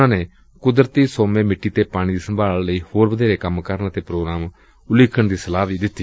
ਉਨ੍ਹਾਂ ਕੁਦਰਤੀ ਸੋਮੇਂ ਮਿੱਟੀ ਅਤੇ ਪਾਣੀ ਦੀ ਸੰਭਾਲ ਲਈ ਹੋਰ ਵਧੇਰੇ ਕੰਮ ਕਰਨ ਅਤੇ ਪ੍ਰੋਗਰਾਮ ਉਲੀਕਣ ਦੀ ਸਲਾਹ ਵੀ ਦਿੱਤੀ